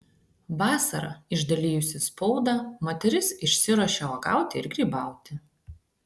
vasarą išdalijusi spaudą moteris išsiruošia uogauti ir grybauti